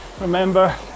Remember